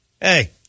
Hey